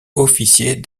officier